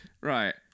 Right